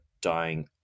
dying